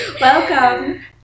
Welcome